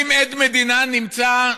ובעצם מנעו את הבעת המחאה.